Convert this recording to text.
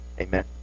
Amen